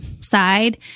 side